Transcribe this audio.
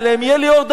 ואם יהיה לי אור דלוק,